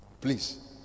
Please